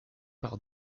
par